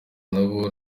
nabo